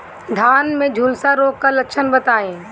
धान में झुलसा रोग क लक्षण बताई?